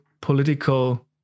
political